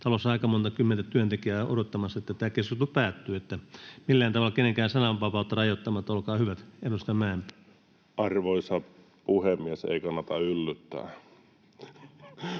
talossa aika monta kymmentä työntekijää odottamassa, että tämä keskustelu päättyy. — Että millään tavalla kenenkään sananvapautta rajoittamatta, olkaa hyvät. — Edustaja Mäenpää. Arvoisa puhemies! Ei kannata yllyttää.